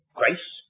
grace